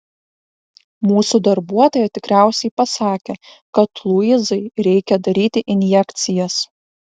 mūsų darbuotoja tikriausiai pasakė kad luizai reikia daryti injekcijas